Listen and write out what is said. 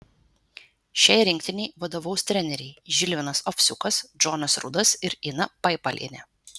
šiai rinktinei vadovaus treneriai žilvinas ovsiukas džonas rudas ir ina paipalienė